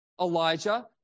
Elijah